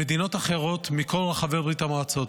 למדינות אחרות מכל רחבי ברית המועצות.